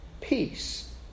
peace